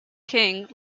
king